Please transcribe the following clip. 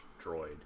droid